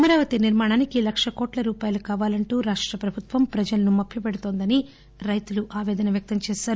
అమరావతి నిర్మాణానికి లక్ష కోట్ల రూపాయలు కావాలంటూ రాష్ట ప్రభుత్వం ప్రజలను మభ్యపెడుతోందని రైతులు ఆపేదన వ్యక్తంచేశారు